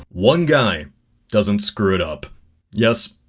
one guy doesn't screw it up yes,